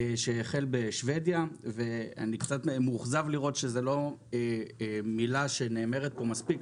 שהחל בשוודיה ואני קצת מאוכזב לראות שזו לא מילה שנאמרת פה מספיק,